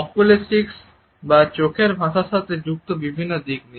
oculesics বা চোখের ভাষার সাথে যুক্ত বিভিন্ন দিক নিয়ে